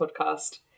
podcast